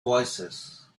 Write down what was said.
voicesand